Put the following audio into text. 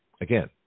Again